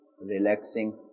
relaxing